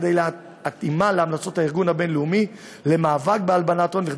כדי להתאימה להמלצות הארגון הבין-לאומי למאבק בהלבנת הון,